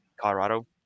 colorado